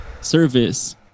service